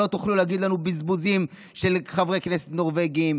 כבר לא תוכלו להגיד לנו: בזבוזים על חברי כנסת נורבגים,